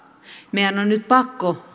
meidän on nyt pakko